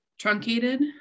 truncated